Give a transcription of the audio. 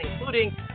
including